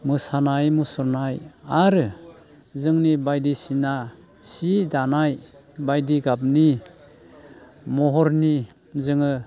मोसानाय मुसुरनाय आरो जोंनि बायदिसिना सि दानाय बायदि गाबनि महरनि जोङो